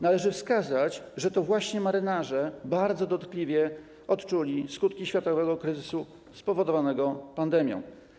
Należy wskazać, że to właśnie marynarze bardzo dotkliwie odczuli skutki światowego kryzysu spowodowanego pandemią.